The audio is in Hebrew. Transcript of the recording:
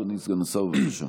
אדוני סגן השר, בבקשה.